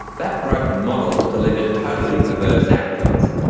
that broken model delivered totally perverse outcomes.